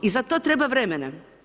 I za to treba vremena.